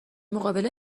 مقابل